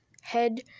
head